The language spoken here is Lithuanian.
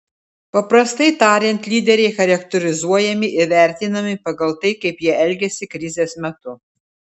paprastai tariant lyderiai charakterizuojami ir vertinami pagal tai kaip jie elgiasi krizės metu